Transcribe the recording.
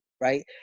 right